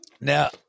Now